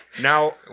Now